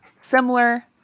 similar